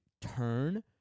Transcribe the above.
turn